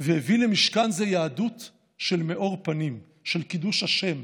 והביא למשכן זה יהדות של מאור פנים, של קידוש השם,